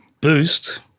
boost